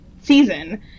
season